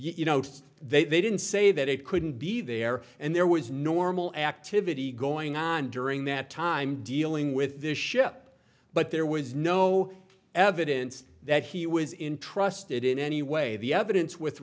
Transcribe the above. you know they didn't say that it couldn't be there and there was normal activity going on during that time dealing with this ship but there was no evidence that he was intrusted in any way the evidence with